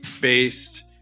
based